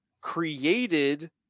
created